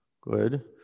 Good